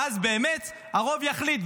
ואז באמת הרוב יחליט.